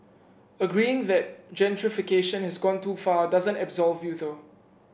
agreeing that gentrification has gone too far doesn't absolve you though